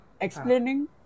explaining